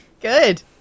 Good